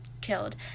killed